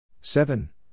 seven